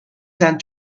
sent